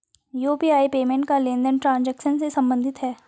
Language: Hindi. यू.पी.आई पेमेंट का लेनदेन ट्रांजेक्शन से सम्बंधित है